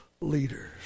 leaders